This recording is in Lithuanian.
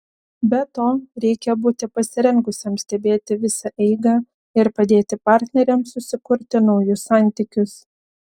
be to reikia būti pasirengusiam stebėti visą eigą ir padėti partneriams susikurti naujus santykius